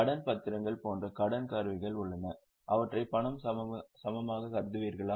கடன் பத்திரங்கள் போன்ற கடன் கருவிகள் உள்ளன அவற்றை பண சமமாக கருதுவீர்களா